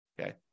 Okay